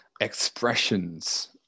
expressions